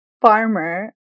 farmer